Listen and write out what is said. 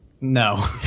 No